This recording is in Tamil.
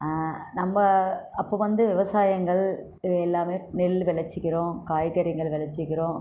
நம்ம அப்போ வந்து விவசாயங்கள் எல்லாமே நெல் விளச்சிக்கிறோம் காய்கறிகள் விளச்சிக்கிறோம்